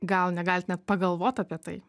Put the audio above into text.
gal negalit net pagalvot apie tai